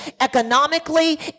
economically